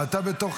עשר דקות